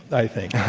i think.